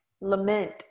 Lament